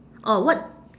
oh what